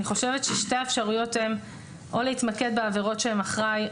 אני חושבת ששתי האפשרויות הן או להתמקד בעבירות שהן אחראי,